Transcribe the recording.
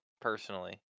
personally